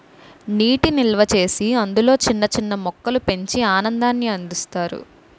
నీటి నిల్వచేసి అందులో చిన్న చిన్న మొక్కలు పెంచి ఆనందాన్ని అందిస్తారు